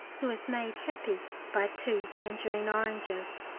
he was made happy by two tangerine oranges.